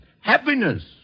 happiness